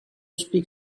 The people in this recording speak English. speak